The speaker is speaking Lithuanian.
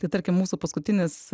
tai tarkim mūsų paskutinis